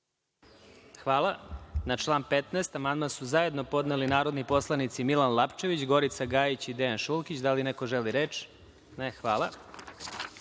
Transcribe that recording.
Hvala. Na član 15. amandman su zajedno podneli narodni poslanici Milan Lapčević, Gorica Gajić i Dejan Šulkić. Da li neko želi reč? (Ne.)Na